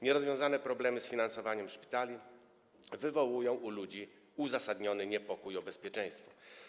Nierozwiązane problemy z finansowaniem szpitali wywołują u ludzi uzasadniony niepokój o bezpieczeństwo.